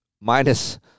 minus